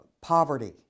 poverty